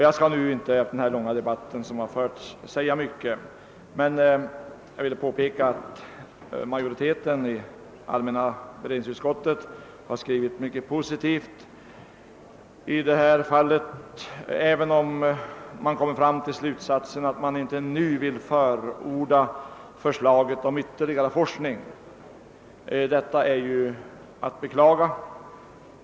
Jag skall inte efter den debatt som tidigare förts säga många ord, men jag vill påpeka att majoriteten i allmänna beredningsutskottet skrivit mycket positivt, även om man kommit till slutsatsen att inte nu förorda förslaget om ytterligare forskning. Detta är att beklaga.